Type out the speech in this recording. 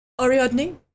Ariadne